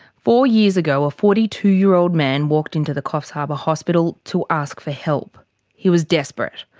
four years ago, a forty two year old man walked into the coffs harbour hospital to ask for help he was desperate.